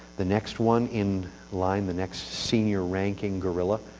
the next one in line, the next senior ranking gorilla,